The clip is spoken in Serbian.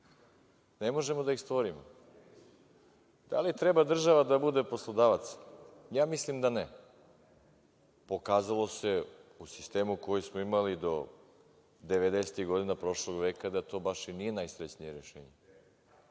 ne možemo da ih stvorimo. Da li treba država da bude poslodavac? Ja mislim da ne. Pokazalo se u sistemu koji smo imali do devedesetih godina prošlog veka, da to baš i nije najsrećnije rešenje.